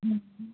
ओम